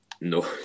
No